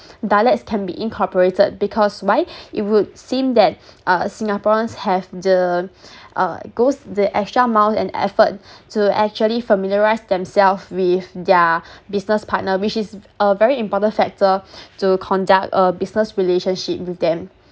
dialects can be incorporated because why it would seem that uh singaporeans have the uh goes the extra mile and effort to actually familiarise themselves with their business partner which is a very important factor to conduct a business relationship with them